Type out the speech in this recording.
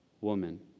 woman